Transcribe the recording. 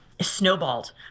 snowballed